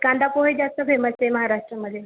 कांदापोहे जास्त फेमस आहे महाराष्ट्रामध्ये